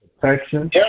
protection